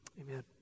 Amen